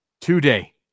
today